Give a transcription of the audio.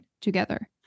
together